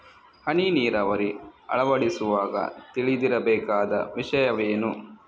ಹನಿ ನೀರಾವರಿ ಅಳವಡಿಸುವಾಗ ತಿಳಿದಿರಬೇಕಾದ ವಿಷಯವೇನು?